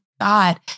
God